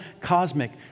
cosmic